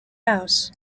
house